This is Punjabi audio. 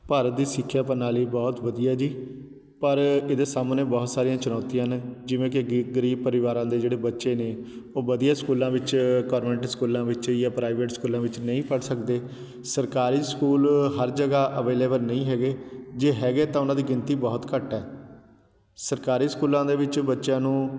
ਭਾਰਤ ਦੀ ਸਿੱਖਿਆ ਪ੍ਰਣਾਲੀ ਬਹੁਤ ਵਧੀਆ ਜੀ ਪਰ ਇਹਦੇ ਸਾਹਮਣੇ ਬਹੁਤ ਸਾਰੀਆਂ ਚੁਣੌਤੀਆਂ ਨੇ ਜਿਵੇਂ ਕਿ ਗ ਗਰੀਬ ਪਰਿਵਾਰਾਂ ਦੇ ਜਿਹੜੇ ਬੱਚੇ ਨੇ ਉਹ ਵਧੀਆ ਸਕੂਲਾਂ ਵਿੱਚ ਕੋਨਵੈਂਟ ਸਕੂਲਾਂ ਵਿੱਚ ਜਾਂ ਪ੍ਰਾਈਵੇਟ ਸਕੂਲਾਂ ਵਿੱਚ ਨਹੀਂ ਪੜ੍ਹ ਸਕਦੇ ਸਰਕਾਰੀ ਸਕੂਲ ਹਰ ਜਗ੍ਹਾ ਅਵੇਲੇਵਲ ਨਹੀਂ ਹੈਗੇ ਜੇ ਹੈਗੇ ਤਾਂ ਉਹਨਾਂ ਦੀ ਗਿਣਤੀ ਬਹੁਤ ਘੱਟ ਹੈ ਸਰਕਾਰੀ ਸਕੂਲਾਂ ਦੇ ਵਿੱਚ ਬੱਚਿਆਂ ਨੂੰ